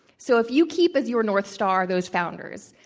so, if you keep as your north st ar those founders,